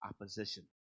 opposition